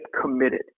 committed